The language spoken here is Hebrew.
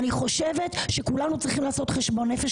אני חושבת שאתם עושים לעצמכם חיים קלים ואתם מאבדים